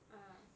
ah